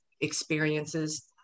experiences